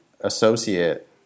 associate